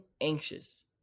anxious